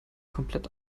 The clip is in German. komplett